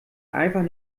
einfach